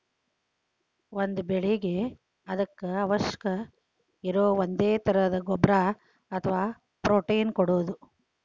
ಒಂದ ಬೆಳಿಗೆ ಅದಕ್ಕ ಅವಶ್ಯಕ ಇರು ಒಂದೇ ತರದ ಗೊಬ್ಬರಾ ಅಥವಾ ಪ್ರೋಟೇನ್ ಕೊಡುದು